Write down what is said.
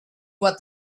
what